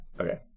Okay